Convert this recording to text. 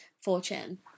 Fortune